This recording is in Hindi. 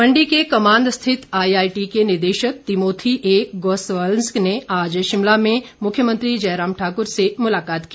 भेंट मंडी के कमांद स्थित आईआईटी के निदेशक तिमोथी ए गौंसल्वज ने आज शिमला में मुख्यमंत्री जयराम ठाकुर से मुलाकात की